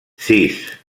sis